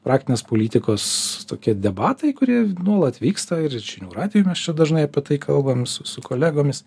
praktinės politikos tokie debatai kurie nuolat vyksta ir žinių radijuj mes čia dažnai apie tai kalbam su su kolegomis